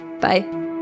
Bye